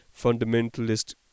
fundamentalist